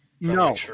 no